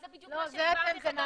זה בדיוק מה שהסברתי אתמול.